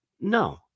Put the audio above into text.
No